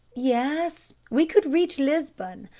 yes, we could reach lisbon,